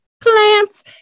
Plants